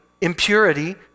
impurity